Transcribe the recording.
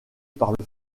fond